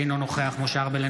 אינו נוכח משה ארבל,